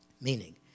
Meaning